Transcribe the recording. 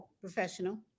Professional